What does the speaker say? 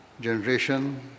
generation